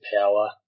power